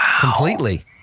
completely